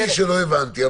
הבנתי שלא הבנתי.